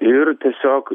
ir tiesiog